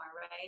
Right